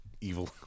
evil